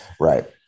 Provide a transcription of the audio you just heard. Right